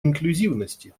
инклюзивности